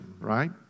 right